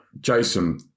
Jason